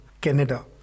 Canada